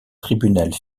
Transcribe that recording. tribunal